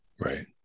Right